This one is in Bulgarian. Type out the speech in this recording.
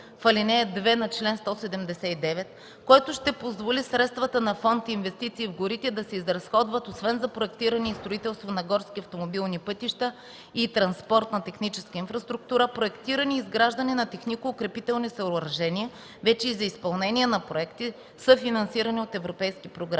ал. 2 на чл. 179, което ще позволи средствата на Фонд ”Инвестиции в горите” да се изразходват освен за проектиране и строителство на горски автомобилни пътища и транспорт на техническа инфраструктура, проектиране и изграждане на технико-укрепителни съоръжения, вече и за изпълнение на проекти, съфинансирани от европейски програми.